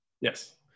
Yes